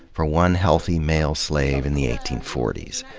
for one healthy male slave in the eighteen forty s.